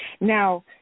Now